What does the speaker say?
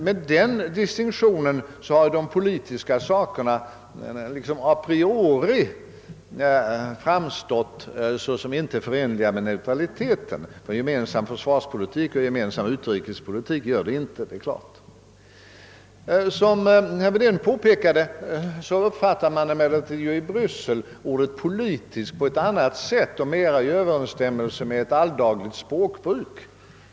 Med denna distinktion har de politiska frågorna liksom a priori framstått såsom inte förenliga med neutraliteten. Gemensam försvarspolitik och gemensam utrikespolitik är det naturligtvis inte. Som herr Wedén påpekade uppfattar man emellertid i Bryssel ordet politisk på ett annat sätt, mera i överensstämmelse med ett alldagligt språkbruk.